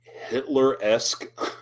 Hitler-esque